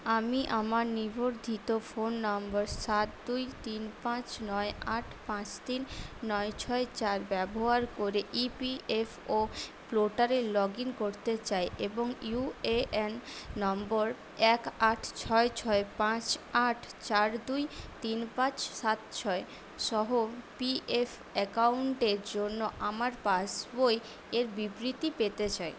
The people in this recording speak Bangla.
আমি আমার নিবদ্ধিত ফোন নম্বর সাত দুই তিন পাঁচ নয় আট পাঁচ তিন নয় ছয় চার ব্যবহার করে ই পি এফ ও প্লোটারে লগ ইন করতে চাই এবং ইউ এ এন নম্বর এক আট ছয় ছয় পাঁচ আট চার দুই তিন পাঁচ সাত ছয় সহ পি এফ অ্যাকাউন্টের জন্য আমার পাসবই এর বিবৃতি পেতে চাই